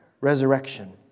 resurrection